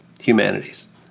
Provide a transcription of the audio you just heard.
humanities